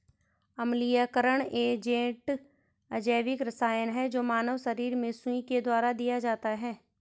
अम्लीयकरण एजेंट अजैविक रसायन है जो मानव शरीर में सुई के द्वारा दिया जाता है